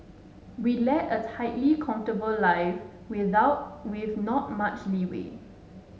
we lead a tightly comfortable life without with not much leeway